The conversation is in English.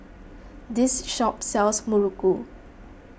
this shop sells Muruku